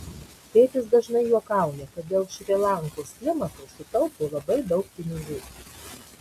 tėtis dažnai juokauja kad dėl šri lankos klimato sutaupo labai daug pinigų